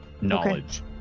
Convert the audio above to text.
knowledge